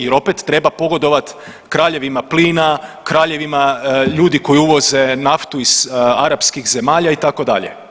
Jer opet treba pogodovati kraljevima plina, kraljevima ljudi koji uvoze naftu iz arapskih zemalja, itd.